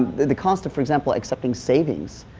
the cost, for example, accepting savings,